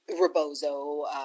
rebozo